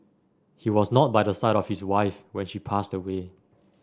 he was not by the side of his wife when she passed away